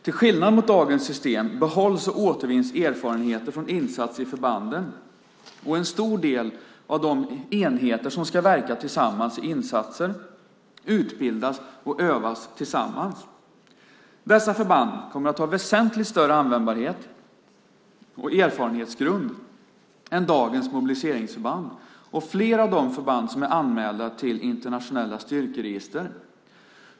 Till skillnad mot dagens system behålls och återvinns erfarenheter från insats i förbanden och en stor del av de enheter som ska verka tillsammans i insatser utbildas och övas tillsammans. Dessa förband kommer att ha en väsentligt större användbarhet och erfarenhetsgrund än dagens mobiliseringsförband och flera av de förband som är anmälda till internationella styrkeregister.